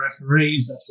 referees